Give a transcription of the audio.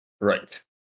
Right